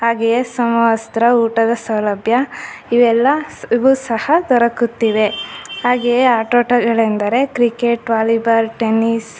ಹಾಗೆಯೇ ಸಮವಸ್ತ್ರ ಊಟದ ಸೌಲಭ್ಯ ಇವೆಲ್ಲವೂ ಸಹ ದೊರಕುತ್ತಿವೆ ಹಾಗೆಯೇ ಆಟೋಟಗಳೆಂದರೆ ಕ್ರಿಕೇಟ್ ವಾಲಿಬಾಲ್ ಟೆನ್ನೀಸ್